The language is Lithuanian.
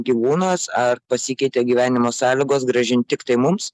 gyvūnas ar pasikeitė gyvenimo sąlygos grąžint tiktai mums